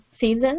season